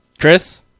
Chris